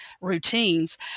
routines